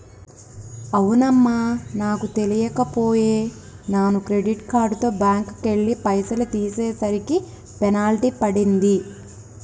అవునమ్మా నాకు తెలియక పోయే నాను క్రెడిట్ కార్డుతో బ్యాంకుకెళ్లి పైసలు తీసేసరికి పెనాల్టీ పడింది